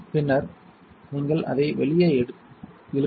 பின்னர் நீங்கள் அதை வெளியே இழுக்கவும்